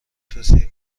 توصیه